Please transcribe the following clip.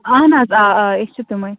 اَہَن آ آ أسۍ چھِ تِمَے